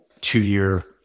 two-year